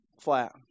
Flat